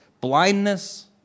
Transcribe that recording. blindness